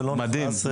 ולא נכנס פנימה.